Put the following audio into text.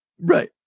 Right